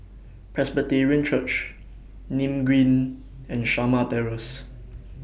Presbyterian Church Nim Green and Shamah Terrace